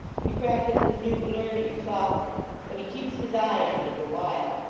he practises new learning softly but he keeps his eye on me the while,